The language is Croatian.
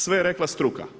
Sve je rekla struka.